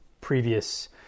previous